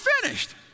finished